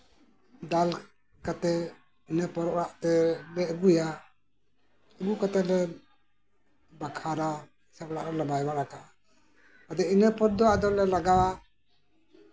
ᱫᱟᱞ ᱠᱟᱛᱮᱫ ᱤᱱᱟᱹᱯᱚᱨ ᱚᱲᱟᱜᱛᱮ ᱟᱨᱞᱮ ᱟᱹᱜᱩᱭᱟ ᱟᱹᱜᱩ ᱠᱟᱛᱮᱫᱞᱮ ᱵᱟᱠᱷᱟᱨᱟ ᱵᱟ ᱚᱲᱟᱜ ᱨᱮᱞᱮ ᱫᱟᱞ ᱵᱟᱲᱟ ᱠᱟᱜᱼᱟ ᱟᱫᱚ ᱤᱱᱟᱹ ᱯᱚᱨ ᱫᱚ ᱟᱫᱚᱞᱮ ᱞᱟᱜᱟᱣᱟ